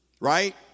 right